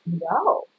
no